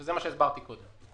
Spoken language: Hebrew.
וזה מה שהסברתי קודם.